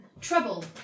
trouble